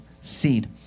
seed